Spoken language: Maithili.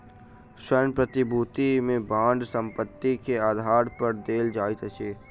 ऋण प्रतिभूति में बांड संपत्ति के आधार पर देल जाइत अछि